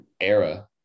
era